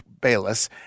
Bayless